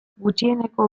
gutxieneko